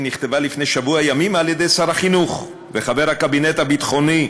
היא נכתבה לפני שבוע ימים על-ידי שר החינוך וחבר הקבינט הביטחוני,